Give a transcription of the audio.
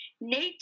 Nature